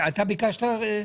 בבקשה,